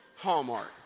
Hallmark